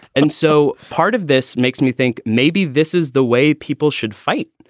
and so part of this makes me think maybe this is the way people should fight.